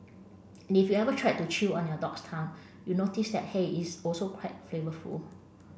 and if you ever tried to chew on your dog's tongue you notice that hey is also quite flavourful